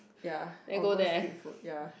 ya or go street food ya